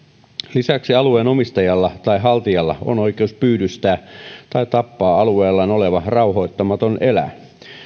lisäksi alueen omistajalla tai haltijalla on oikeus pyydystää tai tappaa alueellaan oleva rauhoittamaton eläin